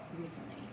recently